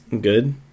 good